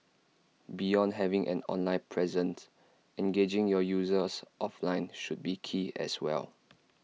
beyond having an online present engaging your users offline should be key as well